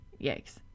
Yikes